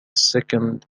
second